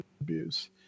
abuse